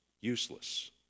useless